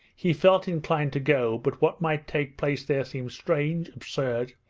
he felt inclined to go, but what might take place there seemed strange, absurd,